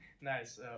Nice